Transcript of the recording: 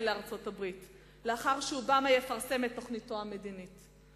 לארצות-הברית לאחר שאובמה יפרסם את תוכניתו המדינית.